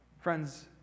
Friends